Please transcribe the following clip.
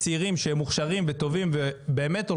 לשפר את האנושות ולעזור לכלכלה הישראלית,